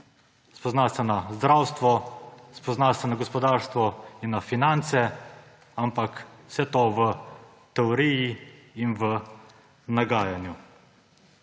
spozna se na zdravstvo, spozna se na gospodarstvo in na finance, ampak vse to v teoriji in v nagajanju.